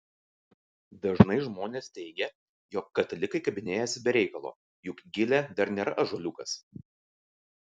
dažnai žmonės teigia jog katalikai kabinėjasi be reikalo juk gilė dar nėra ąžuoliukas